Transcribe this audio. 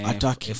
Attack